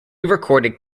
recorded